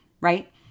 right